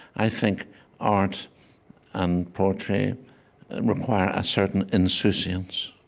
i think art and poetry require a certain insouciance.